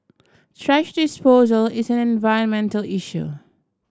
thrash disposal is an environmental issue